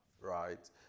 right